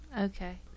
okay